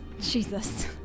Jesus